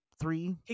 Three